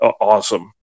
awesome